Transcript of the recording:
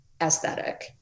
aesthetic